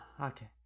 Okay